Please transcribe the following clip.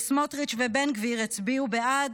וסמוטריץ' ובן גביר הצביעו בעד,